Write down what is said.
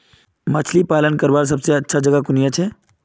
मछली पालन करवार सबसे अच्छा जगह कुनियाँ छे?